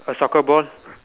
a soccer ball